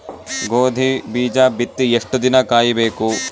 ಗೋಧಿ ಬೀಜ ಬಿತ್ತಿ ಎಷ್ಟು ದಿನ ಕಾಯಿಬೇಕು?